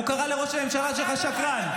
הוא קרא לראש הממשלה שלך שקרן.